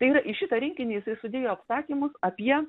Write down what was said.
tai yra į šitą rinkinį jisai sudėjo apsakymus apie